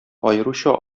аеруча